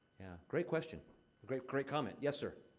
great question great great comment. yes, sir?